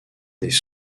des